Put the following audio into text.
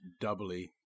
doubly